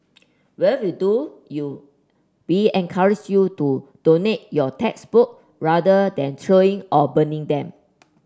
whatever you do you we encourage you to donate your textbook rather than throwing or burning them